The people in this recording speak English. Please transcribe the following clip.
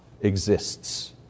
exists